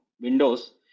windows